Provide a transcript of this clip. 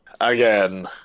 again